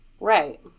Right